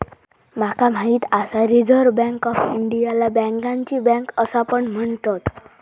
माका माहित आसा रिझर्व्ह बँक ऑफ इंडियाला बँकांची बँक असा पण म्हणतत